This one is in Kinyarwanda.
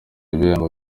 ibihembo